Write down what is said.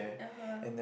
(uh huh)